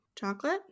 Chocolate